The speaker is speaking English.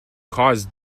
cause